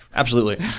absolutely.